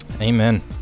Amen